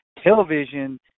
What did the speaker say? Television